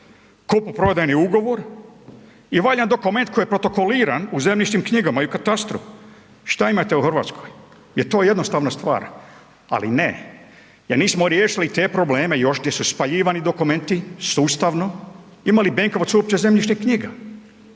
kupoprodajni ugovor i valjan dokument koji je protokoliran u zemljišnim knjigama i katastru. Što imate u Hrvatskoj? Je to jednostavna stvar, ali ne jer nismo riješili te probleme još gdje su spaljivani dokumenti sustavno, ima li Benkovac uopće zemljišnih knjiga?